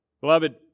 Beloved